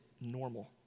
normal